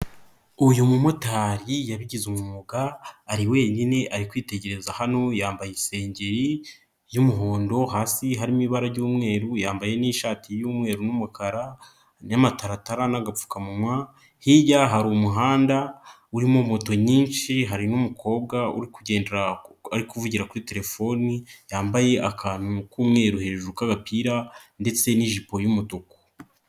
Uyu mu motari yabigize umwuga ari wenyine ari kwitegereza hano yambaye isengeri y'umuhondo hasi hari mu ibara ry'umweru yambaye n'ishati y'umweru n'umukara n'amataratara n'agapfukamunwa, hirya hari umuhanda urimo moto nyinshi hari n'umukobwa uri kugendera ari kuvugira kuri telefoni, yambaye akantu k'umweru hejuru k'agapira ndetse n'ijipo y'umutuku.